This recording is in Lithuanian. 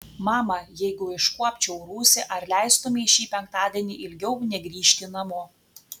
mama jeigu iškuopčiau rūsį ar leistumei šį penktadienį ilgiau negrįžti namo